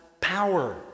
power